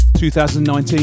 2019